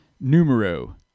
numero